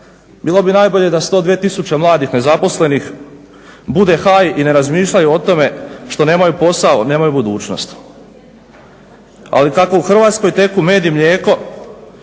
Bilo bi najbolje da 102 tisuće mladih nezaposlenih bude high i ne razmišljaju o tome što nemaju posao, nemaju budućnost. Ali kako u Hrvatskoj teku med i mlijeko,